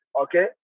okay